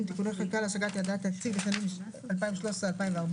(תיקוני חקיקה להשגת יעדי התקציב לשנים 2013 ו־2014)